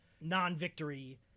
non-victory